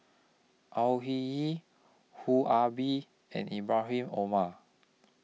Au Hing Yee Foo Ah Bee and Ibrahim Omar